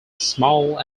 small